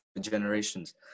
generations